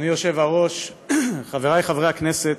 אדוני היושב-ראש, חבריי חברי הכנסת,